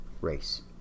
race